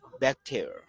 bacteria